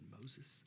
Moses